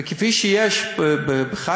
וכפי שיש בחיפה,